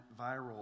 viral